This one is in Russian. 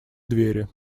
двери